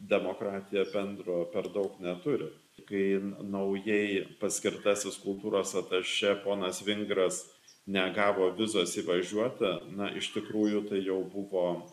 demokratija bendro per daug neturi kai naujai paskirtasis kultūros atašė ponas vingras negavo vizos įvažiuoti na iš tikrųjų tai jau buvo